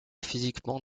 physiquement